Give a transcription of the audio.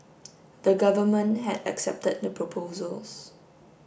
the government had accepted the proposals